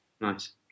Nice